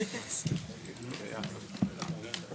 הישיבה ננעלה בשעה 12:56.